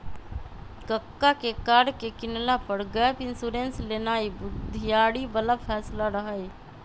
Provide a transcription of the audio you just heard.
कक्का के कार के किनला पर गैप इंश्योरेंस लेनाइ बुधियारी बला फैसला रहइ